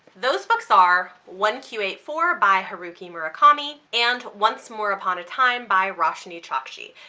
those books are one q eight four by haruki murakami and once more upon a time by roshani chokchi.